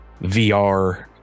vr